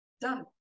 Done